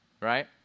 right